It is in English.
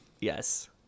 yes